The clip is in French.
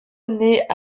naît